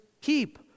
keep